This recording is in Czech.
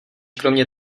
kromě